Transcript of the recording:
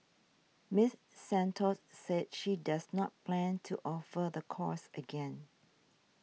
Miss Santos said she does not plan to offer the course again